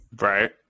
Right